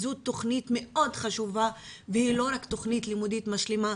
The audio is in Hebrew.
זו תוכנית מאוד חשובה והיא לא רק תוכנית לימודית משלימה,